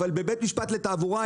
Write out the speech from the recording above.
אבל בבית משפט לתעבורה,